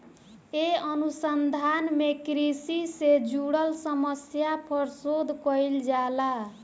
ए अनुसंधान में कृषि से जुड़ल समस्या पर शोध कईल जाला